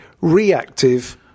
reactive